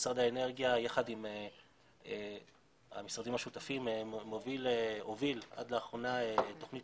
משרד האנרגיה יחד עם המשרדים השותפים הוביל עד לאחרונה תוכנית